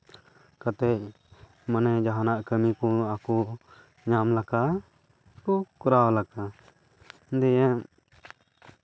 ᱠᱟᱛᱮᱫ ᱢᱟᱱᱮ ᱡᱟᱦᱟᱱᱟᱜ ᱠᱟᱹᱢᱤ ᱠᱚ ᱟᱠᱚ ᱧᱟᱢ ᱞᱮᱠᱟ ᱠᱚ ᱠᱚᱨᱟᱣ ᱞᱮᱠᱟ ᱫᱤᱭᱮ